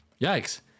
yikes